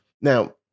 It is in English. Now